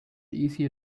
easier